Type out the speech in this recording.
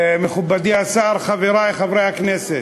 מכובדי השר, חברי חברי הכנסת,